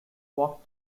walked